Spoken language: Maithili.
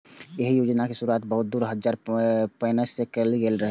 एहि योजनाक शुरुआत वर्ष दू हजार उन्नैस मे कैल गेल रहै